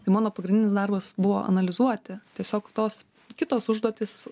tai mano pagrindinis darbas buvo analizuoti tiesiog tos kitos užduotys